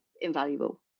invaluable